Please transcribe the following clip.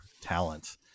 talent